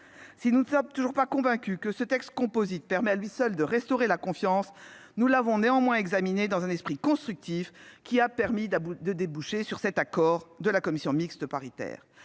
Si nous ne sommes toujours pas convaincus que ce texte composite permette à lui seul de restaurer la confiance, nous l'avons néanmoins examiné dans un esprit constructif, qui a permis de déboucher sur un accord en commission mixte paritaire